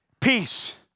peace